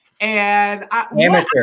Amateur